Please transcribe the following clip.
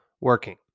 working